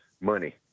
money